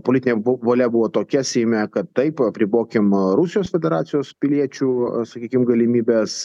politinė valia buvo tokia seime kad taip apribokim rusijos federacijos piliečių sakykim galimybes